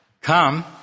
Come